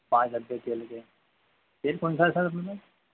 पाँच डब्बे तेल के तेल कौन सा है सर आपके पास